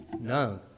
no